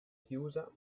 chiusa